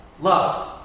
Love